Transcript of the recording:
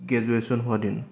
graduation হোৱাৰ দিন